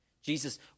Jesus